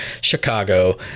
Chicago